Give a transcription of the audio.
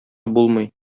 булмый